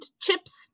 chips